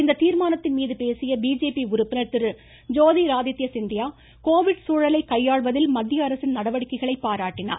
இந்த தீர்மானத்தின் மீது பேசிய பிஜேபி உறுப்பினர் ஜோதி ராதித்யா சிந்தியா கோவிட் சூழலை கையாள்வதில் மத்திய அரசின் நடவடிக்கைகளை பாராட்டினார்